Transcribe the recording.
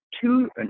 two